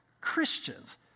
Christians